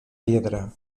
piedra